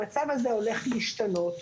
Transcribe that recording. המצב הזה הולך להשתנות.